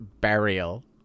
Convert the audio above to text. burial